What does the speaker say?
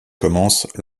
commence